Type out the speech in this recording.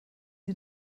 sie